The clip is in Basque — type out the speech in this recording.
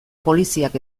poliziak